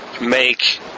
make